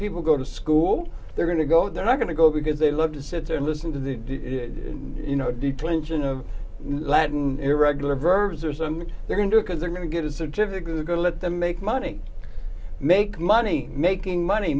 people go to school they're going to go they're not going to go because they love to sit there and listen to the d you know declension of latin irregular verbs or so they're going to because they're going to get a certificate they're going to let them make money make money making money